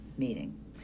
meeting